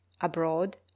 abroad